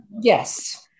yes